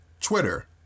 Twitter